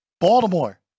Baltimore